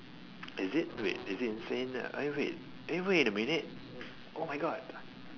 is it wait is it insane eh wait eh wait a minute oh my god